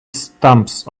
stumps